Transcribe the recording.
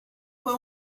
fue